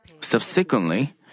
Subsequently